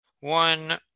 One